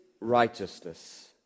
righteousness